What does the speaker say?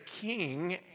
king